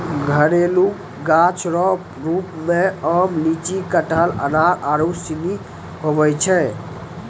घरेलू गाछ रो रुप मे आम, लीची, कटहल, अनार आरू सनी हुवै छै